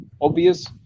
obvious